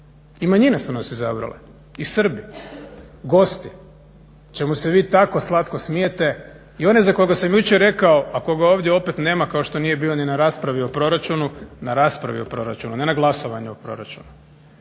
I manjine su nas izabrale i Srbi, gosti, čemu se vi tako slatko smijete i oni za kojega sam jučer rekao, a koga ovdje opet nema kao što nije bio ni na raspravi o proračunu, na raspravi o proračunu, ne na glasovanju o proračunu